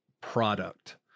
product